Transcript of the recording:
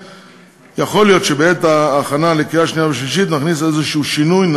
יכול להיות שבעת ההכנה לקריאה שנייה ושלישית נכניס איזה שינוי,